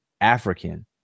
African